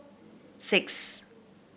six